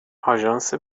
آژانس